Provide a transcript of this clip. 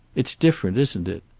it's different, isn't it?